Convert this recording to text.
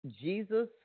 Jesus